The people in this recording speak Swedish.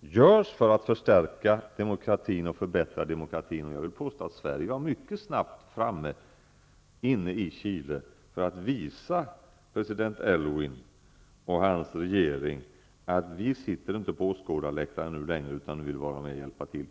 görs för att förstärka demokratin och förbättra demokratin. Jag vill påstå att Sverige var mycket snabbt framme inne i Chile för att visa president Aylwin och hans regering att vi inte sitter på åskådarläktaren längre, utan att vi vill vara med och hjälpa till.